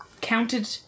counted